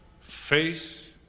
face